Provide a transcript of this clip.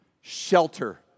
Shelter